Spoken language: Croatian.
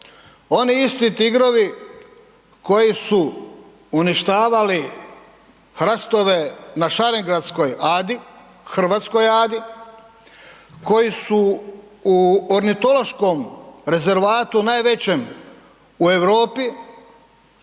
oni isti tigrovi koji su uništavali hrastove na Šarengradskoj adi, u hrvatskoj adi, koji su u ornitološkom rezervatu najvećem u Europi,